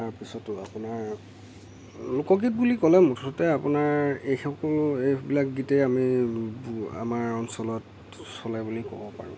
তাৰপিছত আপোনাৰ লোকগীত বুলি ক'লে মুঠতে আপোনাৰ এই সকলো এইবিলাক গীতেই আমি আমাৰ অঞ্চলত চলে বুলি ক'ব পাৰোঁ